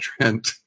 Trent